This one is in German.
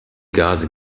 gase